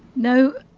no,